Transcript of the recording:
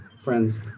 friends